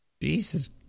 Jesus